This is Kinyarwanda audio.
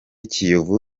kiyovu